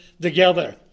together